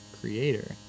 creator